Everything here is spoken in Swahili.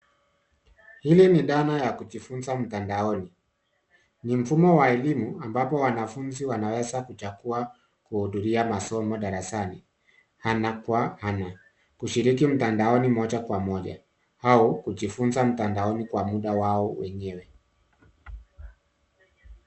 Hili ni dhana ya kujifunza mtandaoni. Ni mfumo wa elimu ambapo wanafunzi wanaweza kuchagua kuhudhuria masomo darasani ana kwa ana, kushiriki mtandaoni moja kwa moja au kujifunza mtandaoni kwa muda wao wenyewe.